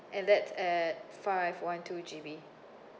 and that's at five one two G_B